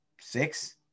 six